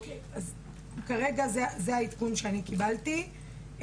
כרגע זה העדכון שאני קיבלתי,